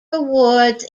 awards